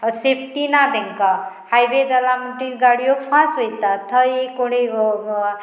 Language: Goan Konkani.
सेफ्टी ना तेंकां हायवे जाला म्हणटी गाडयो फास्ट वयतात थंय एक ओडे